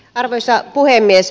arvoisa puhemies